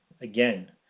again